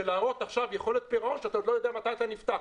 להראות עכשיו יכולת פירעון כשאתה עוד לא יודע מתי אתה נפתח.